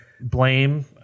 blame